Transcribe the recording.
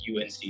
UNC